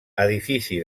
edifici